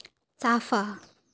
चाफा